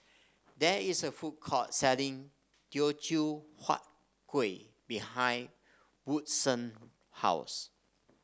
there is a food court selling Teochew Huat Kueh behind Woodson house